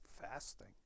Fasting